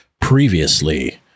previously